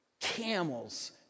camels